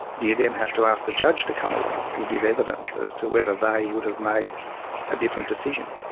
do you then have to ask the judge to come along and give evidence as to whether they would have made a different decision.